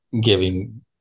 giving